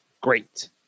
great